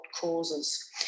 causes